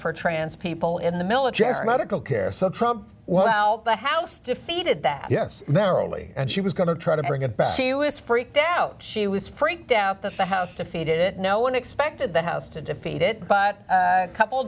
for transport people in the military medical care so trump well the house defeated that yes narrowly and she was going to try to bring it back she was freaked out she was freaked out that the house defeated it no one expected the house to defeat it but a couple